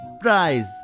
prize